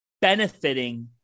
benefiting